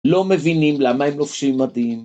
‫לא מבינים למה הם לובשים מדים